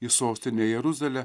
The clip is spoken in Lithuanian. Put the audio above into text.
į sostinę jeruzalę